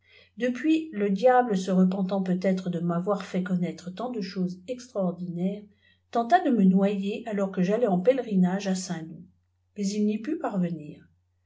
depuis le diable se repentant peut-être de m'avoir fait connaître tant de choses extraordinairêsi tenta de me noyer alors que j'allais en pèlerinage à saintlbûp miis n'y put parvenir